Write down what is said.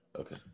Okay